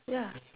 ya